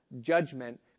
judgment